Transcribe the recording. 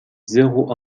zéro